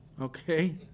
okay